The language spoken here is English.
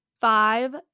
five